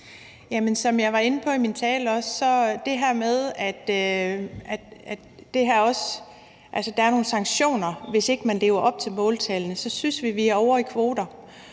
som jeg også var inde på i min tale, synes vi i forhold til det her med, at der er nogle sanktioner, hvis ikke man lever op til måltallene, at vi er ovre i kvoter.